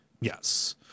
Yes